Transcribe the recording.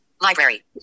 library